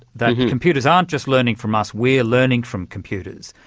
that computers aren't just learning from us, we're learning from computers.